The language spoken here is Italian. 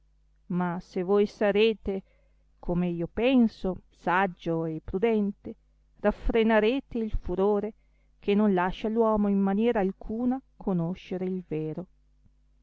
ma se voi sarete come io penso saggio e prudente raffrenarete il furore che non lascia l uomo in maniera alcuna conoscer il vero